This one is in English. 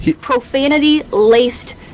Profanity-laced